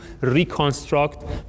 reconstruct